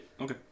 Okay